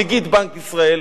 נגיד בנק ישראל,